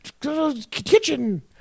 kitchen